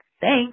Thanks